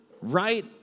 right